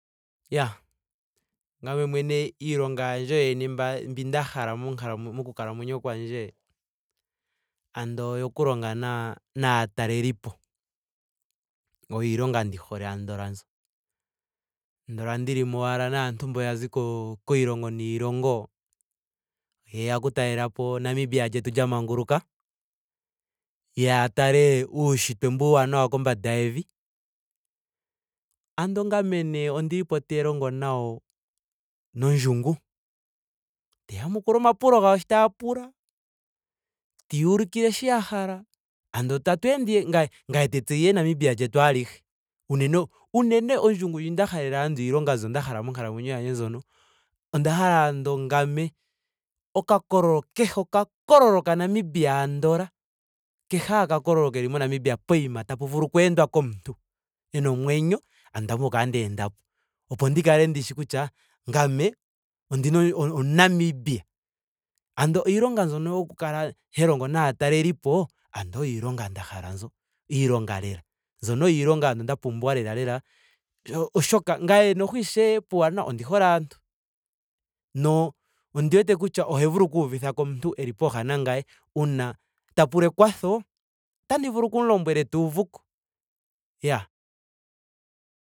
Iyaa ngame mwene iilonga yandje mbi nda hala monkal moku kalamwenyo kwandje andola oyo ku longa naa- naatalelipo. Oyo iilonga ndi hole ando mbyo. Andola ndili ashike naantu mbo ya zi ko- kiilongo niilongo yeya oku talelapo namibia lyetu lya manguluka. ya tale uunshitwe mbu uuwanawa kombanda yevi. Andola ngame nee ondili po te longo nayo nondjungu. teya yamukula omapulo gawo sho taya pula. tandi ya ulikile sho ya hala. andola tatu ende nee. ngame ngame te tseya nee namibia lyetu alihe. unene unene ondjungu ndji nda halela andola iilonga mbyo nda hala monkalamwenyo yandje mbyono. onda hala andola ngame okakololo kehe. kehe okakololo ka namibia andola. kehe ashike okakololo keli mo namibia pokuma tapu vulu okweendwa komuntu ena omwenyo. onda pumbwa oku kala nda endapo. Opo ndi kale ndishi kutya ngame ondina omu namibia. Ando iilonga mbyo yoku kala he longo naatalelipo. andola oyo iilonga nda hala mbyo. Iilonga lela. Mbyono oyo iilonga nda pumbwa lela lela. pshoka ngame ishewe puuwanawa ondi hole aantu. No ondi wete kutya ohandi vulu okuuvithako omuntu eli pooha nangame. uuna ta pula ekwatho. otandi vulu oku mu lombwela eta uvuko. Iyaa